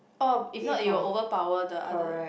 oh if not you will overpower the other